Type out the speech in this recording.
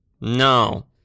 no